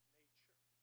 nature